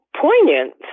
poignant